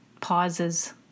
pauses